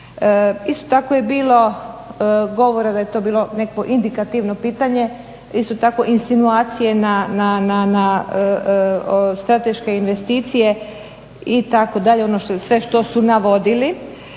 Isto tako je bilo govora da je to bilo neko indikativno pitanje, isto tako insinuacije na strateške investicije itd. ono sve što su navodili.